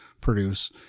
produce